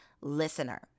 listener